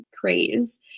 craze